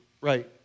right